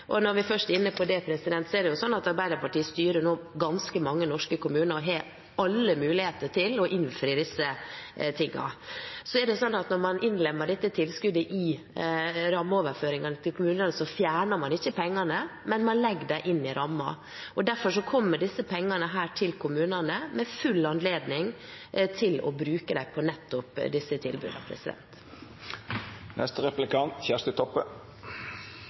Og når vi først er inne på det: Arbeiderpartiet styrer nå ganske mange norske kommuner og har alle muligheter til å innfri disse tingene. Så er det sånn at når man innlemmer dette tilskuddet i rammeoverføringene til kommunene, fjerner man ikke pengene, man legger dem inn i rammen. Derfor kommer disse pengene til kommunene med full anledning til å bruke dem på nettopp disse